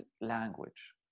language